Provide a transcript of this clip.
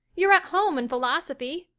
you're at home in philosophy.